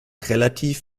relativ